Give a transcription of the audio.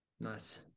Nice